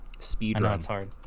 speedrun